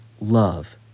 love